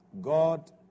God